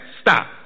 stop